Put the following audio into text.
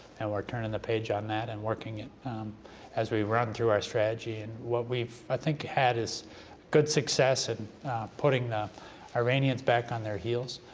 and we're turning the page on that and working and as we run through our strategy. and what we, i think, had is good success in putting the iranians back on their heels.